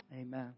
Amen